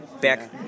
back